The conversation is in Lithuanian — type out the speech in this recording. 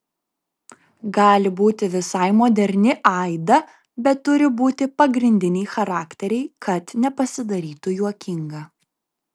gali būti visai moderni aida bet turi būti pagrindiniai charakteriai kad nepasidarytų juokinga